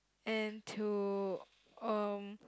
and to um